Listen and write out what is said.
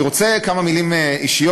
אני רוצה לומר כמה מילים אישיות,